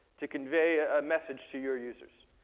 to convey a message to your users.